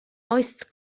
oes